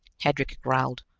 hedrick growled,